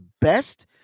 best